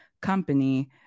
company